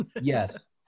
Yes